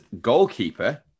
goalkeeper